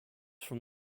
from